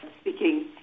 speaking